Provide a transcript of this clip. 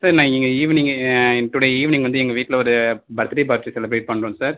sir நான் இங்கே evening today evening வந்து எங்கள் வீட்டில ஒரு பர்த்டே பார்ட்டி செலிப்ரேட் பண்ணுறோம் சார்